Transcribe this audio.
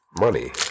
money